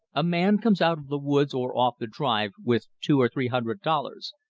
a man comes out of the woods or off the drive with two or three hundred dollars,